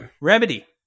Remedy